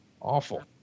awful